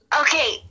okay